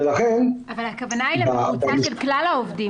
אבל כוונה היא לממוצע של כלל העובדים